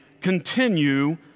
continue